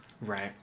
Right